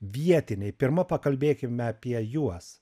vietiniai pirma pakalbėkime apie juos